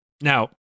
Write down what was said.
Now